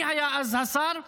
מי היה השר אז?